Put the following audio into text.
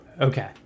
Okay